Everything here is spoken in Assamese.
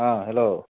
অঁ হেল্ল'